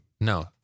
No